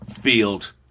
field